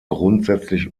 grundsätzlich